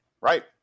Right